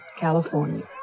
California